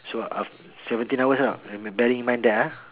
so aft~ seventeen hours you know bearing in mind that ah